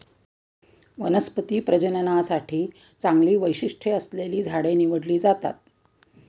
वनस्पती प्रजननासाठी चांगली वैशिष्ट्ये असलेली झाडे निवडली जातात